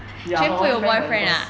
ya her only friend from raffles